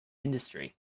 industry